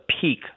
peak